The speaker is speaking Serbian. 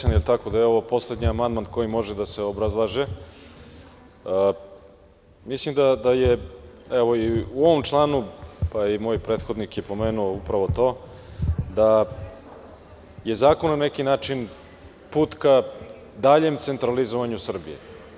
Pošto smo informisani da je ovaj poslednji amandman koji može da se obrazlaže, mislim da je i u ovom članu, pa i moj prethodnik je pomenuo upravo to, da je zakon na neki način put ka daljem centralizovanju Srbije.